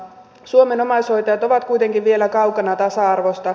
suomen omaishoitajat ovat kuitenkin vielä kaukana tasa arvosta